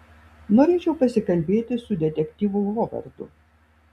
norėčiau pasikalbėti su detektyvu hovardu